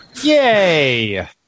Yay